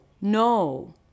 no